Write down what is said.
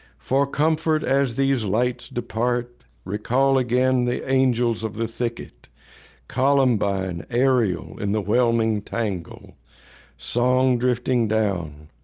for comfort as these lights depart recall again the angels of the thicket columbine aerial in the whelming tangle song drifting down,